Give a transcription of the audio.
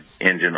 engine